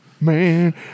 Man